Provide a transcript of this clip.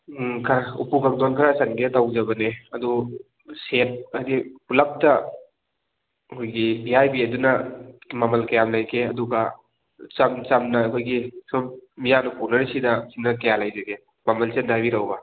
ꯈꯔ ꯎꯄꯨ ꯀꯥꯡꯊꯣꯟ ꯈꯔ ꯆꯟꯒꯦ ꯇꯧꯖꯕꯅꯦ ꯑꯗꯣ ꯁꯦꯠ ꯍꯥꯏꯗꯤ ꯄꯨꯜꯂꯞꯇ ꯑꯩꯈꯣꯏꯒꯤ ꯚꯤ ꯑꯥꯏ ꯄꯤ ꯑꯗꯨꯅ ꯃꯃꯜ ꯀꯌꯥꯝ ꯂꯩꯒꯦ ꯑꯗꯨꯒ ꯏꯆꯝ ꯆꯝꯅ ꯑꯩꯈꯣꯏꯒꯤ ꯁꯨꯝ ꯃꯤꯌꯥꯝꯅ ꯄꯨꯅꯔꯤꯁꯤꯅ ꯁꯤꯅ ꯀꯌꯥ ꯂꯩꯔꯤꯒꯦ ꯃꯃꯜꯁꯦ ꯑꯝꯇ ꯍꯥꯏꯕꯤꯔꯛꯎꯕ